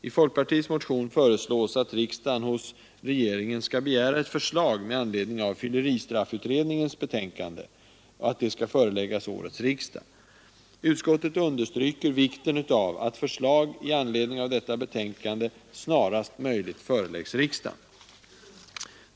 I folkpartiets motion föreslås att riksdagen skall begära ett förslag med anledning av fylleristraffutredningens betänkande och att detta förslag skall föreläggas årets riksdag. Utskottet understryker vikten av att förslag i anledning av detta betänkande snarast möjligt föreläggs riksdagen.